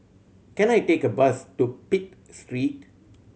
can I take a bus to Pitt Street